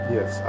Yes